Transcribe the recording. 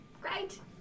Great